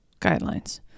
guidelines